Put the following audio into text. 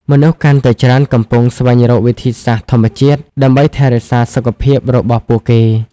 មនុស្សកាន់តែច្រើនកំពុង ស្វែងរកវិធីសាស្ត្រធម្មជាតិ ដើម្បីថែរក្សាសុខភាពរបស់ពួកគេ។